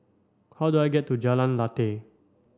how do I get to Jalan Lateh